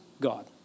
God